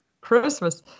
Christmas